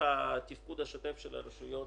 שהמשך התפקוד השוטף של הרשויות,